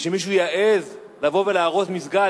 ושמישהו יעז לבוא ולהרוס מסגד,